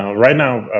right now,